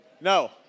No